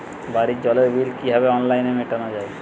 বাড়ির জলের বিল কিভাবে অনলাইনে মেটানো যায়?